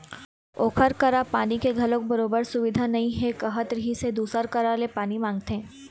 ओखर करा पानी के घलोक बरोबर सुबिधा नइ हे कहत रिहिस हे दूसर करा ले पानी मांगथे